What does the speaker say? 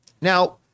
Now